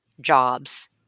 jobs